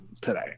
today